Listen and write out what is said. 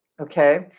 Okay